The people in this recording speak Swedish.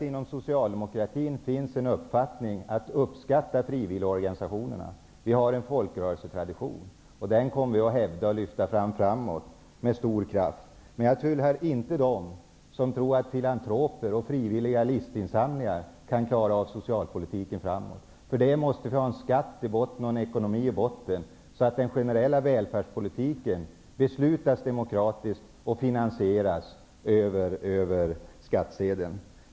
Inom socialdemokratin uppskattas frivilligorganisationerna. Vi har en folkrörelsetradition. Den kommer vi att hävda och lyfta framåt med stor kraft. Men jag tillhör inte dem som tror att filantroper och frivilliga listinsamlingar kan klara av socialpolitiken framöver. För att göra det måste vi ha en skatt i botten och en ekonomi i botten. Den generella välfärdspolitiken skall beslutas demokratiskt och finansieras över skattsedeln.